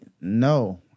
No